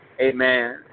Amen